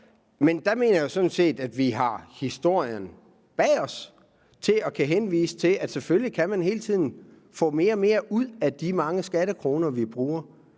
Men der mener jeg jo sådan set at vi har historien bag os til at kunne henvise til, at man selvfølgelig hele tiden kan få mere og mere ud af de mange skattekroner, vi bruger.